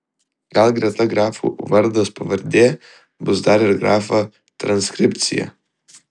gal greta grafų vardas pavardė bus dar ir grafa transkripcija